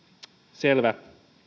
selvä